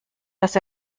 dass